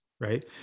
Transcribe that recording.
right